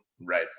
Right